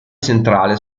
centrale